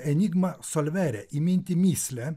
enigma solvere įminti mįslę